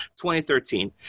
2013